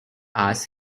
asks